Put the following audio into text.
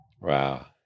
Wow